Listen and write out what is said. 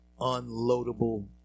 unloadable